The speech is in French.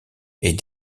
est